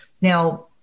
Now